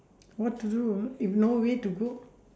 what to do if no way to go